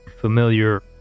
Familiar